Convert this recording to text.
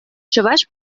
чӑваш